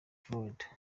florida